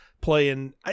playing